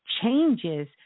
changes